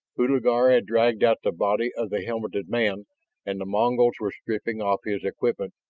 hulagur had dragged out the body of the helmeted man and the mongols were stripping off his equipment,